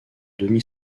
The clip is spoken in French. demi